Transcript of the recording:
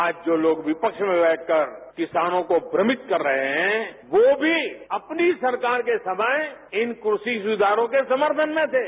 आज जो लोग विपक्ष में बैठकर किसानों को भ्रमित कर रहे हैं वो भी अपनी सरकार के समय इन कृषि सुधारों के समर्थन में थे